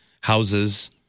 houses